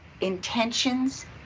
intentions